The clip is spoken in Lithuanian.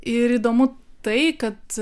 ir įdomu tai kad